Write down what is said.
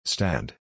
Stand